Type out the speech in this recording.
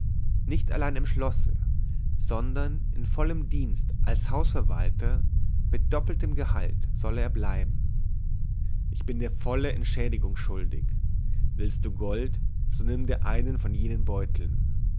nicht allein im schlosse sondern in vollem dienst als hausverwalter mit verdoppeltem gehalt solle er bleiben ich bin dir volle entschädigung schuldig willst du gold so nimm dir einen von jenen beuteln